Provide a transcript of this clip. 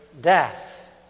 death